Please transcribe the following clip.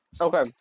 Okay